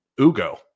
ugo